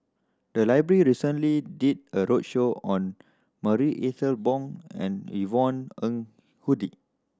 the library recently did a roadshow on Marie Ethel Bong and Yvonne Ng Uhde